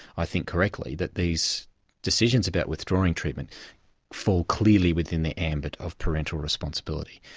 i think correctly, that these decisions about withdrawing treatment fall clearly within the ambit of parental responsibility,